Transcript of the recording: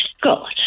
God